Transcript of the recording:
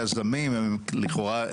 היזמים הם לכאורה,